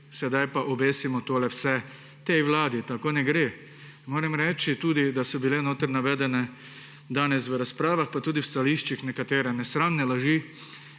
sedaj pa obesimo tole vse tej vladi. Tako ne gre. Moram reči tudi, da so bile notri navedene, danes v razpravah pa tudi v stališčih, nekatere nesramne laži.